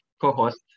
co-host